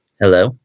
Hello